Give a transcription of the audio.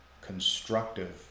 constructive